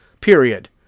period